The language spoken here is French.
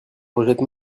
rejettent